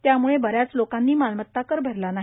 त्यामुळे बऱ्याच लोकांनी मालमत्ता कर भरला नाही